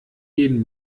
jeden